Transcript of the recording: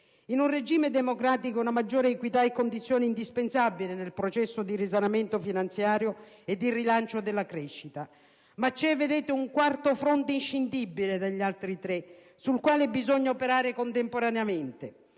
In un regime democratico una maggiore equità è condizione indispensabile nel processo di risanamento finanziario e di rilancio della crescita. Ma c'è un quarto fronte inscindibile dagli altri tre, sul quale bisogna operare contemporaneamente: